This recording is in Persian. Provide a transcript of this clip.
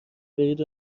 برید